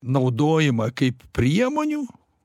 naudojimą kaip priemonių